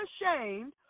ashamed